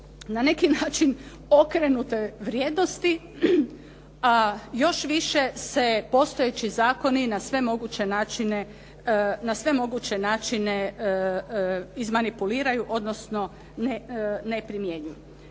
na neki način okrenute vrijednosti a još više se postojeći zakoni na sve moguće načine, na sve moguće načine izmanipuliraju, odnosno ne primjenjuju.